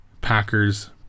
Packers